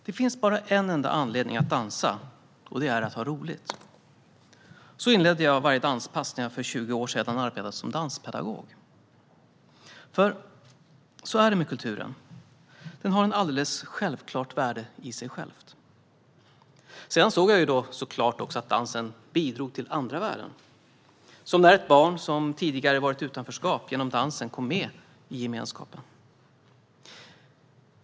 Herr talman! Det finns bara en enda anledning att dansa, och det är att ha roligt. Så inledde jag varje danspass när jag för 20 år sedan arbetade som danspedagog. Och så är det med kulturen - den har ett alldeles självklart värde i sig själv. Sedan såg jag såklart också att dansen bidrog till andra värden, som när ett barn som tidigare varit i utanförskap kom med i gemenskapen genom dansen.